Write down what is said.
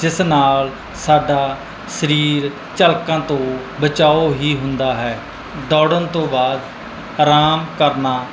ਜਿਸ ਨਾਲ ਸਾਡਾ ਸਰੀਰ ਝਲਕਾਂ ਤੋਂ ਬਚਾਓ ਹੀ ਹੁੰਦਾ ਹੈ ਦੌੜਨ ਤੋਂ ਬਾਅਦ ਆਰਾਮ ਕਰਨਾ